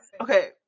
Okay